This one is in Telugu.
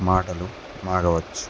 మాటలు మారవచ్చు